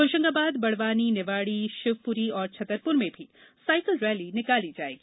होशंगाबाद बड़वानी निवाड़ी शिवपुरी और छतरपुर में भी सायकल रैली निकाली जायेगी